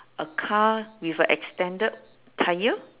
a car with an extended tyre